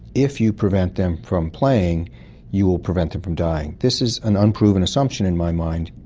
if you prevent them from playing you will prevent them from dying. this is an unproven assumption in my mind.